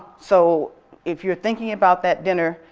so if you're thinking about that dinner,